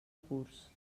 curs